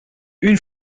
une